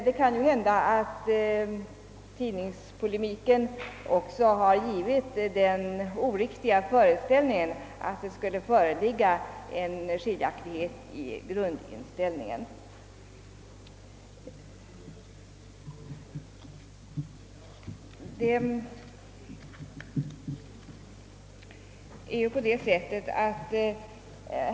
Det kan ju hända att tidningspolemiken också har givit det oriktiga intrycket, att det skulle föreligga skiljaktighet i grundinställningen.